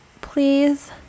please